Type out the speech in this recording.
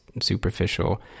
superficial